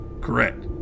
Correct